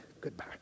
goodbye